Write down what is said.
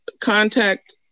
contact